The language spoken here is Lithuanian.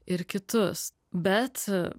ir kitus bet